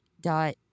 dot